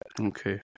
Okay